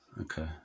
Okay